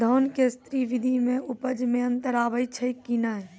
धान के स्री विधि मे उपज मे अन्तर आबै छै कि नैय?